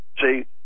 See